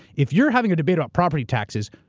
if you're having a debate on property taxes,